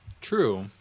True